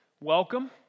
welcome